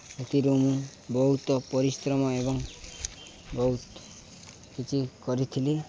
ସେଥିରୁ ମୁଁ ବହୁତ ପରିଶ୍ରମ ଏବଂ ବହୁତ କିଛି କରିଥିଲି